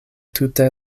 tute